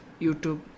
YouTube